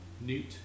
Newt